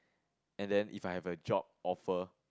and then if I have a job offer